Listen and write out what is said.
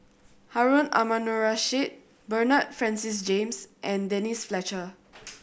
Harun Aminurrashid Bernard Francis James and Denise Fletcher